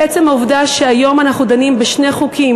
עצם העובדה שהיום אנחנו דנים בשני חוקים